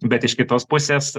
bet iš kitos pusės